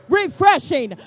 refreshing